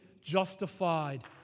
justified